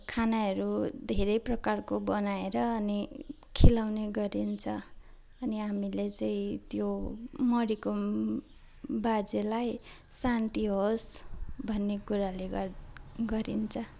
खानाहरू धेरै प्रकारको बनाएर अनि खुवाउने गरिन्छ अनि हामीले चाहिँ त्यो मरेको बाजेलाई शान्ति होस् भन्ने कुराले गर गरिन्छ